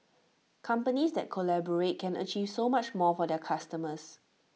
companies that collaborate can achieve so much more for their customers